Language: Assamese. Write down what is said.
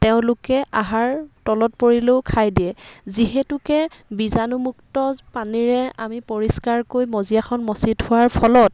তেওঁলোকে আহাৰ তলত পৰিলেও খাই দিয়ে যিহেতুকে বিজাণুমুক্ত পানীৰে আমি পৰিষ্কাৰকৈ মজিয়াখন মচি থোৱাৰ ফলত